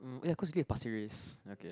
um ya cause you live in Pasir-Ris okay